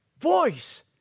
voice